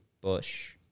Bush